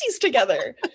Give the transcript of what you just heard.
together